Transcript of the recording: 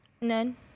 None